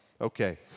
Okay